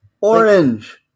Orange